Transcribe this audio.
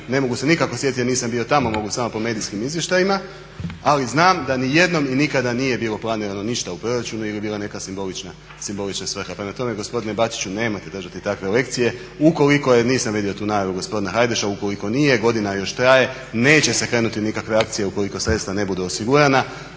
se sjetiti nikako jer nisam bio tamo. Mogu samo po medijskim izvještajima. Ali znam da nijednom i nikada nije bilo planirano u proračunu ili je bila neka simbolična svrha. Prema tome, gospodine Bačiću nemojte držati takve lekcije. Ukoliko jer nisam vidio tu najavu gospodina Hajdaša, ukoliko nije godina još traje neće se krenuti u nikakve akcije ukoliko sredstva ne budu osigurana.